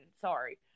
sorry